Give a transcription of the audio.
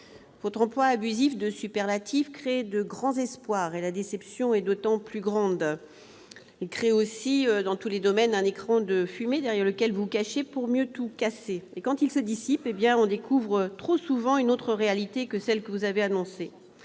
Votre emploi abusif de superlatifs, monsieur le ministre, crée de grands espoirs et provoque une déception d'autant plus grande. Elle crée aussi, dans tous les domaines, un écran de fumée derrière lequel vous vous cachez pour mieux tout casser. Quand il se dissipe, on découvre trop souvent une autre réalité, différente de celle que vous avez annoncée.